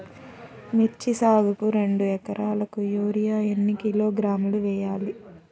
మిర్చి సాగుకు రెండు ఏకరాలకు యూరియా ఏన్ని కిలోగ్రాములు వేయాలి?